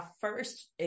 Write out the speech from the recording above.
first